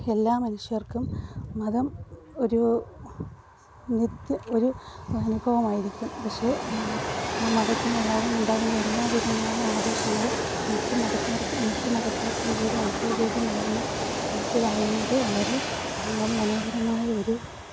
എല്ലാ മനുഷ്യർക്കും മതം ഒരു നിത്യ ഒരു അനുഭവമായിരിക്കും പക്ഷേ ആ മതത്തിലുള്ള ഉണ്ടാകുന്ന എല്ലാ വിധമായ ആഘോഷങ്ങളും മറ്റു മതക്കാർക്കും മറ്റു മതക്കാർക്കും കൂടി അനുഭവേദ്യമാകുന്ന തരത്തിലാകുന്നത് വളരെ മനോഹരമായ ഒരു